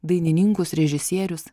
dainininkus režisierius